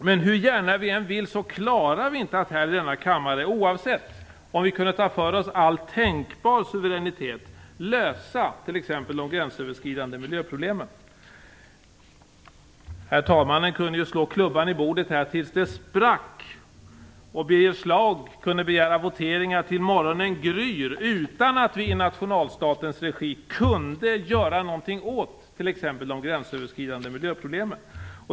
Men hur gärna vi än ville och oavsett om vi kunde ta för oss all tänkbar suveränitet skulle vi inte här i denna kammare klara av att lösa t.ex. de gränsöverskridande miljöproblemen. Talmannen kunde slå klubban i bordet tills det sprack, och Birger Schlaug kunde begära voteringar tills morgonen grydde utan att vi i nationalstatens regi kunde göra någonting åt t.ex. de gränsöverskridande miljöproblemen.